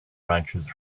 branches